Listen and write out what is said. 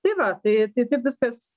tai va tai taip viskas